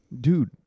Dude